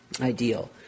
ideal